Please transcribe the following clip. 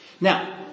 Now